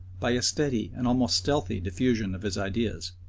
by a steady and almost stealthy diffusion of his ideas.